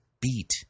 beat